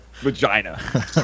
vagina